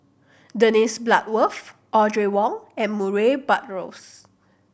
Dennis Bloodworth Audrey Wong and Murray Buttrose